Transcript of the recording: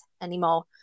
anymore